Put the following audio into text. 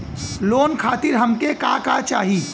Loan खातीर हमके का का चाही?